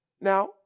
Now